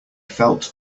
felt